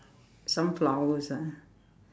some flowers ah